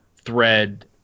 thread